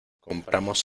compramos